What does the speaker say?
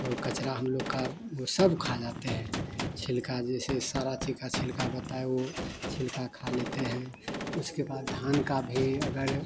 और कचरा हम लोग का वो सब खा जाते हैं छिलका जैसे सारा ची का छिलका बताए वो छिलका खा लेते हैं उसके बाद धान का भी अगर